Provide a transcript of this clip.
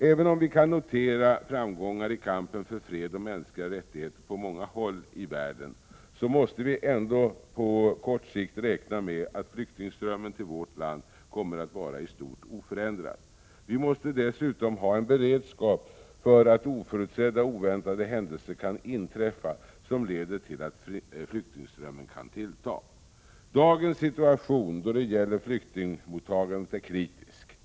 Även om vi kan notera framgångar i kampen för fred och mänskliga rättigheter på många håll i världen, så måste vi ändå på kort sikt räkna med att flyktingströmmen till vårt land kommer att vara i stort sett oförändrad. Vi måste dessutom ha en beredskap för att oförutsedda och oväntade händelser kan inträffa som leder till att flyktingströmmen kan tillta. Dagens situation då det gäller flyktingmottagandet är kritisk.